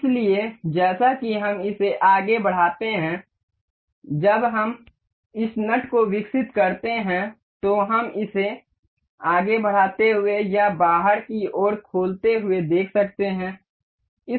इसलिए जैसा कि हम इसे आगे बढ़ाते हैं जब हम इस नट को विकसित करते हैं तो हम इसे आगे बढ़ते हुए या बाहर की ओर खोलते हुए देख सकते हैं